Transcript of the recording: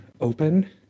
open